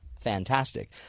fantastic